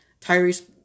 Tyrese